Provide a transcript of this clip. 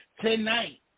tonight